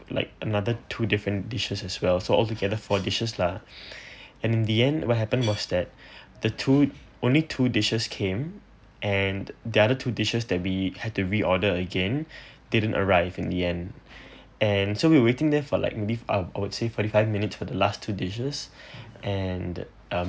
like another two different dishes as well so altogether four dishes lah in the end what happened was that the two only two dishes came and the other two dishes that we had to reorder again didn't arrive in the end and so we waiting there for like be~ ah I would say forty five minutes for the last two dishes and uh